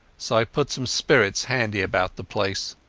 so i put some spirits handy about the place.